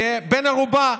כבן ערובה,